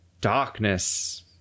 darkness